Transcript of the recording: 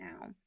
now